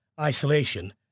isolation